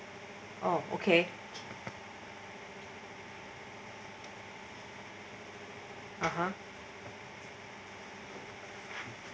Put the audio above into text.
oh okay (uh huh)